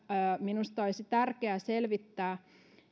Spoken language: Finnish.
minusta olisi tärkeää selvittää